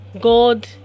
God